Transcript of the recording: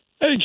Hey